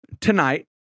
tonight